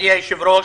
מכובדי היושב-ראש,